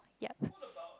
yup